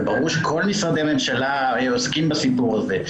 ברור שכל משרדי הממשלה עוסקים בסיפור הזה.